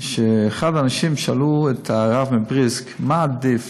אחד האנשים שאל את הרב מבריסק מה עדיף,